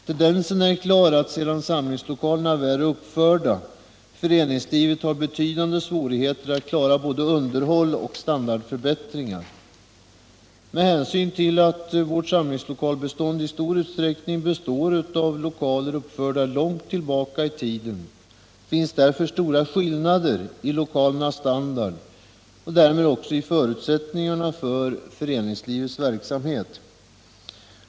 Tendensen är klar: sedan samlingslokalerna väl är uppförda har föreningslivet betydande svårigheter att klara både underhåll och standardförbättringar. Genom att vårt samlingslokalbestånd i stor utsträckning utgörs av lokaler uppförda långt tillbaka i tiden, finns stora skillnader i lokalernas standard och därmed också i förutsättningarna för föreningslivets verksamhet.